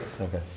Okay